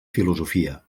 filosofia